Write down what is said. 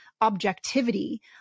objectivity